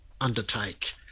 undertake